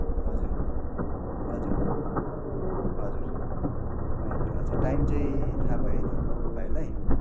हजुर हजुर हजुर हजुर हजुर टाइम चाहिँ थाहा भयो है भाइलाई